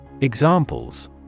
Examples